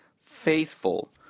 faithful